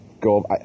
go